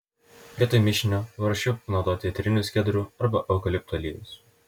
vietoje mišinio paprasčiau naudoti eterinius kedrų arba eukaliptų aliejus